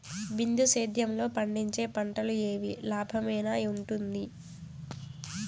బిందు సేద్యము లో పండించే పంటలు ఏవి లాభమేనా వుంటుంది?